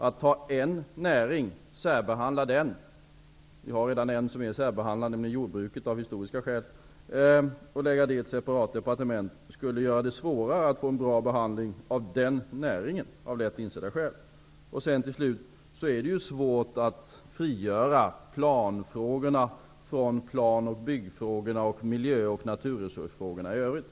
Att särbehandla en näring -- en är redan särbehandlad av historiska skäl, nämligen jordbruket -- och lägga den under ett separat departement skulle göra att det blir svårare att ge den en bra behandling, av lätt insedda skäl. Till sist vill jag säga att det är svårt att frigöra planfrågorna från plan och byggfrågorna och miljö och naturresursfrågorna i övrigt.